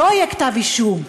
לא יהיה כתב אישום,